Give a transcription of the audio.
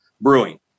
brewing